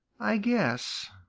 i guess,